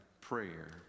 prayer